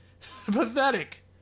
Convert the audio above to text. Pathetic